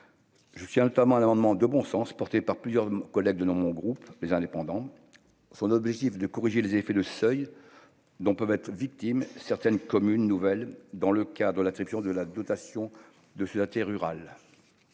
souviens notamment l'amendement de bon sens porté par plusieurs collègues de nos mon groupe, les indépendants, son objectif de corriger les effets de seuil dont peuvent être victimes, certaines communes nouvelles dans le cas de l'attribution de la dotation de se hâter rural